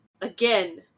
again